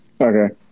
Okay